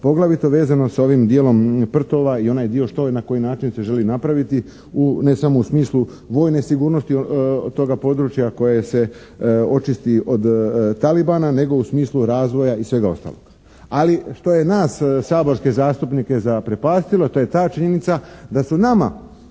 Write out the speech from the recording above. poglavito vezano sa ovim dijelom prtova i onaj dio što i na koji način se želi napraviti ne samo u smislu vojne sigurnosti toga područja koje se očisti od talibana nego u smislu razvoja i svega ostaloga. Ali što je nas saborske zastupnike zaprepastilo to je ta činjenica da su nama